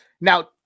Now